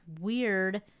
weird